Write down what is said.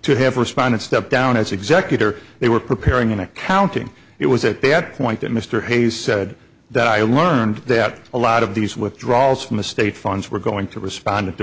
to have responded step down as executor they were preparing an accounting it was a bad point that mr hayes said that i learned that a lot of these withdrawals from estate funds were going to respond to